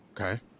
okay